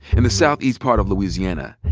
in the southeast part of louisiana,